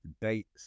dates